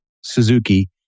Suzuki